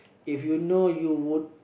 if you know you would